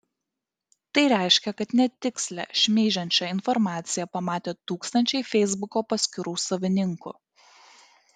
tai reiškia kad netikslią šmeižiančią informaciją pamatė tūkstančiai feisbuko paskyrų savininkų